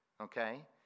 okay